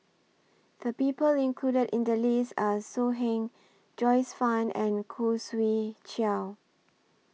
The People included in The list Are So Heng Joyce fan and Khoo Swee Chiow